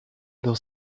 dans